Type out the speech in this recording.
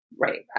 right